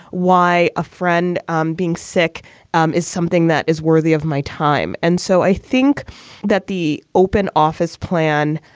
why a friend um being sick um is something that is worthy of my time. and so i think that the open off. his plan,